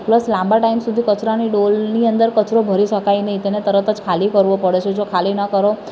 plus લાંબા time સુધી કચરાની ડોલની અંદર કચરો ભરી શકાય નહીં તેને તરત જ ખાલી કરવો પડે છે જો ખાલી ના કરો